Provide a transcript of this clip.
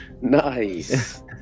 Nice